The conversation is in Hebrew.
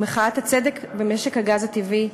למחאת הצדק במשק הגז הטבעי,